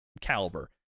caliber